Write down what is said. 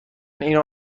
اینو